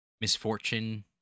misfortune